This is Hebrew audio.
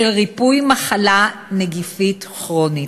של ריפוי מחלה נגיפית כרונית.